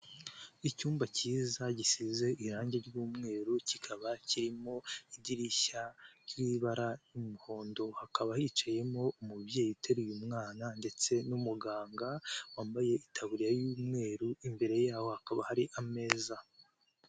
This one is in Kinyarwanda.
Icyumba cyiza gisize irangi ry'umweru kikaba kirimo idirishya ry'ibara ry'umuhondo, hakaba hicayemo umubyeyi uteruye umwana ndetse n'umuganga wambaye itaburiya y'umweru, imbere yabo hakaba hari ameza.